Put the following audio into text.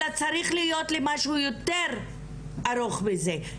אלא צריך להיות לי משהו יותר ארוך מזה.